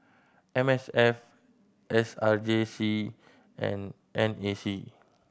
M S F S R J C and N A C